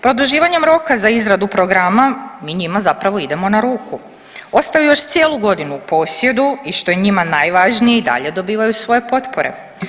Produživanjem roka za izradu programa mi njima zapravo idemo na ruku, ostaju još cijelu godinu u posjedu i što je njima najvažnije i dalje dobivaju svoje potpore.